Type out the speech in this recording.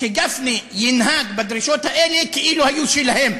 שגפני ינהג בדרישות האלה כאילו היו שלהם.